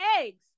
eggs